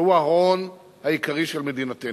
שהוא ההון העיקרי של מדינתנו.